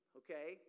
okay